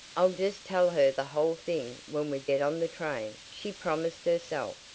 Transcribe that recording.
i'll just tell her the whole thing when we get on the train, she promised herself.